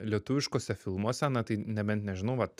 lietuviškuose filmuose na tai nebent nežinau vat